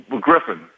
Griffin